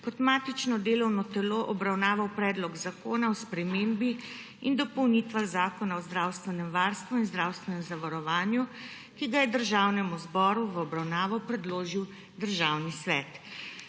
kot matično delovno telo obravnaval Predlog zakona o spremembi in dopolnitvah Zakona o zdravstvenem varstvu in zdravstvenem zavarovanju, ki ga je Državnemu zboru v obravnavo predložil Državni svet.